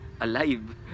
alive